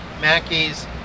Mackey's